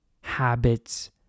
habits